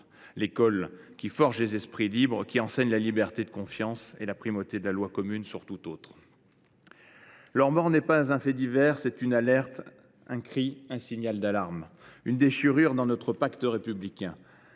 émancipe, qui forge des esprits libres et qui enseigne la liberté de conscience et la primauté de la loi commune sur toute autre. Leur mort n’est pas un fait divers : elle est un cri d’alerte, une déchirure dans notre pacte républicain.